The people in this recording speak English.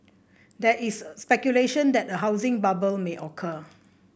there is speculation that a housing bubble may occur